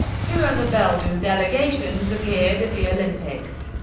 two other belgian delegations appeared at the olympics.